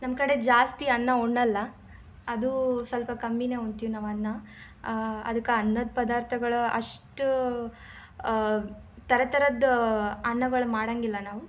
ನಮ್ಮ ಕಡೆ ಜಾಸ್ತಿ ಅನ್ನ ಉಣ್ಣಲ್ಲ ಅದು ಸ್ವಲ್ಪ ಕಮ್ಮಿಯೇ ಉಣ್ತಿವ್ ನಾವು ಅನ್ನ ಅದಕ್ಕೆ ಅನ್ನದ ಪದಾರ್ಥಗಳು ಅಷ್ಟು ಥರ ಥರದ್ದು ಅನ್ನಗಳು ಮಾಡಂಗಿಲ್ಲ ನಾವು